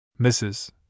Mrs